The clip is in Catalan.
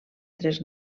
tres